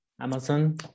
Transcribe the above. Amazon